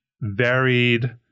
varied